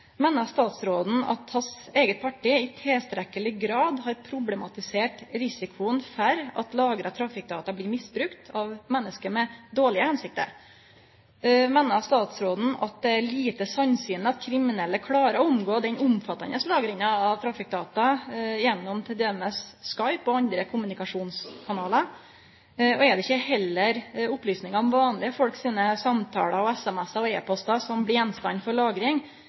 Meiner statsråden at hans eige parti i tilstrekkeleg grad har problematisert risikoen for at lagra trafikkdata blir misbrukte av menneske med dårlege hensikter? Meiner statsråden at det er lite sannsynleg at kriminelle klarar å omgå den omfattande lagringa av trafikkdata gjennom t.d. Skype og andre kommunikasjonskanalar? Er det ikkje heller opplysingar om vanlege folk sine samtaler og SMS-ar og e-postar som blir gjenstand for lagring,